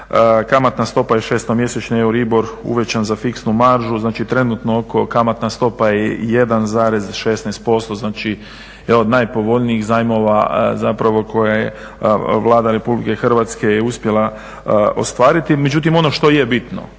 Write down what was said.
kamatna stopa je šestomjesečni Euro RIBOR uvećan za fiksnu maržu, znači trenutno kamatna stopa je 1,16% znači jedan od najpovoljnijih zajmova koje je Vlada RH uspjela ostvariti. Međutim ono što je bitno